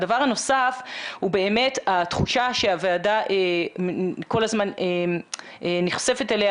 הדבר הנוסף הוא באמת התחושה שהוועדה כל הזמן נחשפת אליה